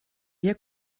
hier